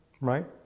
right